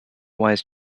wise